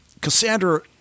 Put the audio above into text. Cassandra